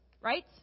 right